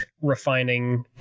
refining